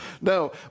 No